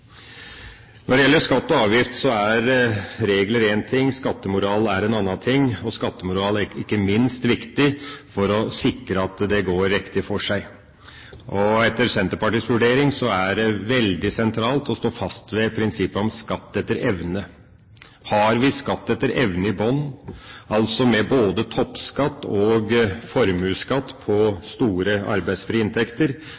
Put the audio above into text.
Når det gjelder skatt og avgift, er regler én ting og skattemoral er en annen ting. Skattemoral er ikke minst viktig for å sikre at det går riktig for seg. Etter Senterpartiets vurdering er det veldig sentralt å stå fast ved prinsippet om skatt etter evne. Har vi skatt etter evne i bunnen, altså med både toppskatt og formuesskatt